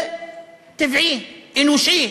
זה טבעי, אנושי,